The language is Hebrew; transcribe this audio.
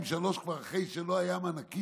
חודשיים-שלושה אחרי שלא היו מענקים,